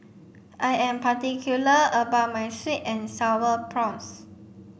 I am particular about my sweet and sour prawns